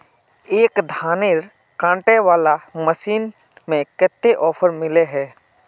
एक धानेर कांटे वाला मशीन में कते ऑफर मिले है?